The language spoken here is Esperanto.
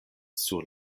sur